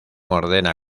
ordena